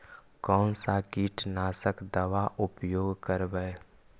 कोन सा कीटनाशक दवा उपयोग करबय?